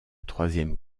troisième